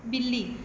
ਬਿੱਲੀ